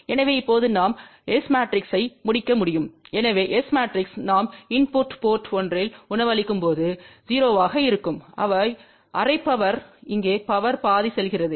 எனவே இப்போது நாம் S மேட்ரிக்ஸ் ஐ முடிக்க முடியும் எனவே S மேட்ரிக்ஸ் நாம் இன்புட்டு போர்ட் 1 இல் உணவளிக்கும் போது 0 ஆக இருக்கும் அரை பவர் இங்கே பவர் பாதி செல்கிறது